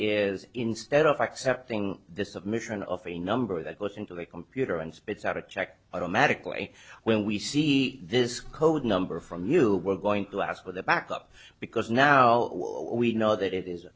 is instead of accepting this of mission of a number that goes into the computer and spits out a check i don't magically when we see this code number from new we're going to ask for the backup because now we know that it is